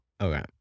Okay